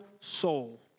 soul